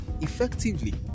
effectively